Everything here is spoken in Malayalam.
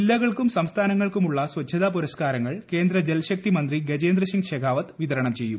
ജില്ലകൾക്കും സംസ്ഥാനങ്ങൾക്കുമുള്ള സ്വച്ഛതാ പുരസ്കാരങ്ങൾ കേന്ദ്ര ജൽശക്തി മന്ത്രി ഗജേന്ദ്രസിങ് ശെഖാവത് ചെയ്യും